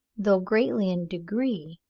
though greatly in degree,